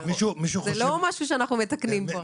זה לא משהו שאנחנו מתקנים כאן עכשיו.